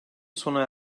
sona